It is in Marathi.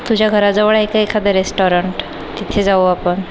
तुझ्या घराजवळ आहे का एखादं रेस्टॉरंट तिथे जाऊ आपण